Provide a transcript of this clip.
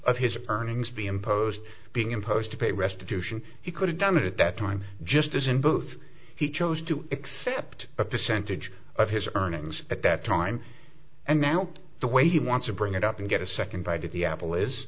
of his earnings be imposed being imposed to pay restitution he could have done it at that time just as in both he chose to accept a percentage of his earnings at that time and now the way he wants to bring it up and get a second bite at the apple is